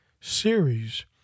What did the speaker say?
series